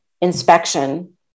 inspection